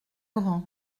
grand